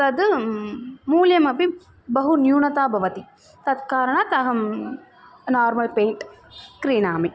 तद् मूल्येपि बहु न्यूनता भवति तत् कारणात् अहं नार्मल् पेण्ट् क्रीणामि